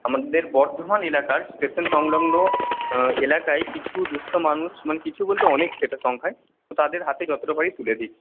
আমাদের বর্ধমান এলাকার স্টেশন সংলগ্ন এলাকায় কিছু দুঃস্থ মানুষ মানে কিছু বলতে অনেক সেটা সংখ্যায় তো তাদের হাতে যতটা পারি তুলে দিই